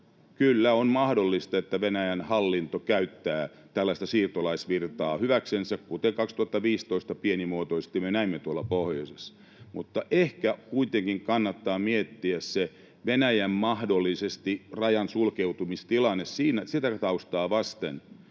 kyllä, on mahdollista, että Venäjän hallinto käyttää tällaista siirtolaisvirtaa hyväksensä, kuten 2015 pienimuotoisesti näimme tuolla pohjoisessa. Mutta ehkä kuitenkin kannattaa miettiä se mahdollinen Venäjän rajan sulkeutumistilanne sitä taustaa vasten,